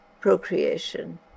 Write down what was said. procreation